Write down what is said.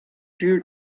due